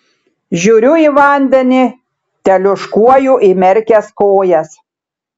žiūriu į vandenį teliūškuoju įmerkęs kojas